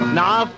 Now